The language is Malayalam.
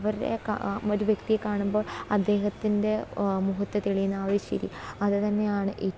അവരെ ക ഒരു വ്യക്തിയെ കാണുമ്പോൾ അദ്ദേഹത്തിന്റെ മുഖത്ത് തെളിയുന്ന ആ ഒരു ചിരി അത് തന്നെയാണ് ഏറ്റവും